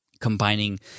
combining